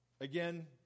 again